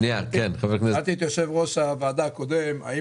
שאלתי את יושב-ראש הוועדה הקודם האם